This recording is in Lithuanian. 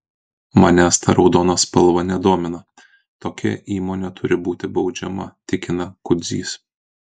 manęs ta raudona spalva nedomina tokia įmonė turi būti baudžiama tikina kudzys